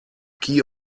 key